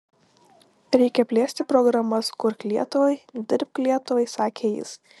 reikia plėsti programas kurk lietuvai dirbk lietuvai sakė jis